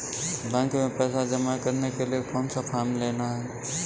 Bank में पैसा जमा करने के लिए कौन सा फॉर्म लेना है?